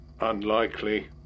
Unlikely